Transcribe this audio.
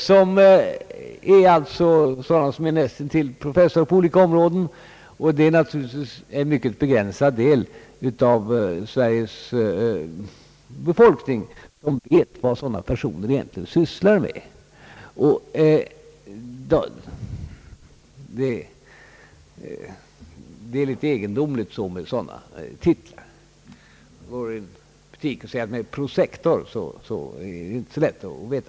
Det är alltså här fråga om personer som är närmast under professorer på olika områden. Det är naturligtvis en mycket begränsad del av Sveriges befolkning som vet vad sådana personer egentligen sysslar med. Det är en smula egendomligt med sådana titlar. Det är inte så lätt att veta vad en prosektor sysslar med.